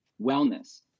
wellness